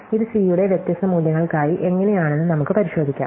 ഇത് സി യുടെ വ്യത്യസ്ത മൂല്യങ്ങൾക്കായി എങ്ങനെയാണെന്ന് നമുക്ക് പരിശോധിക്കാം